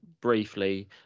briefly